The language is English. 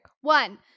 one